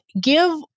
give